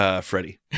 Freddie